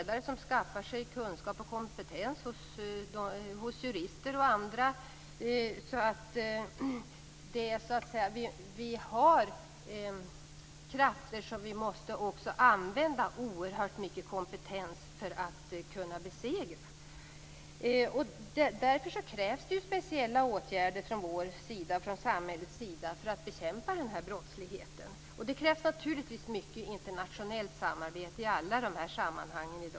De skaffar sig kunskap och kompetens hos jurister osv. Det finns alltså krafter som det behövs oerhört stor kompetens för att besegra. Därför krävs det speciella åtgärder från samhällets sida för att bekämpa brottsligheten. Det krävs naturligtvis mycket internationellt samarbete i alla dessa sammanhang.